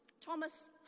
Thomas